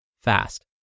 fast